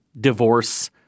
divorce